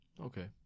Okay